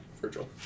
Virgil